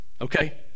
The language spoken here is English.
Okay